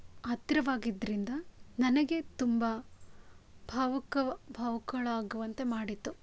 ಹತ್ತಿರವಾಗಿದ್ದರಿಂದ ನನಗೆ ತುಂಬ ಭಾವುಕ ಭಾವುಕಳಾಗುವಂತೆ ಮಾಡಿತು